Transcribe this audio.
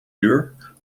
duur